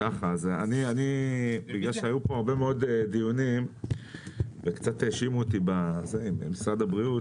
בגלל שהיו פה הרבה מאוד דיונים וקצת האשימו אותי בזה עם משרד הבריאות,